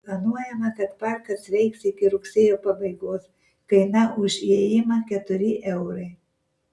planuojama kad parkas veiks iki rugsėjo pabaigos kaina už įėjimą keturi eurai